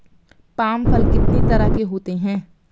Palm फल कितनी तरह के होते हैं?